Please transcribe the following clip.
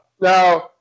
now